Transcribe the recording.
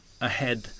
ahead